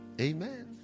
Amen